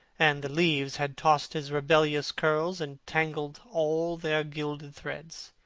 and the leaves had tossed his rebellious curls and tangled all their gilded threads.